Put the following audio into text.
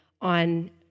on